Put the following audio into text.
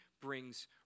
brings